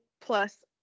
plus